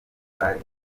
bari